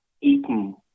eaten